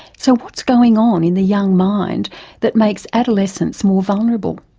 so what's going on in the young mind that makes adolescents more vulnerable?